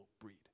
breed